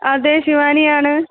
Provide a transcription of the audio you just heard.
അതെ ശിവാനിയാണ്